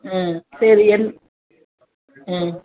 ஆ சரி எந் ஆ